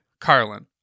Carlin